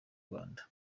rwanda